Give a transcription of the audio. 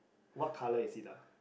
what colour is it ah